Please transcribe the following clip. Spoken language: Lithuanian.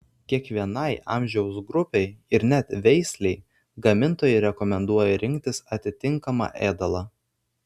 kiekvienai amžiaus grupei ir net veislei gamintojai rekomenduoja rinktis atitinkamą ėdalą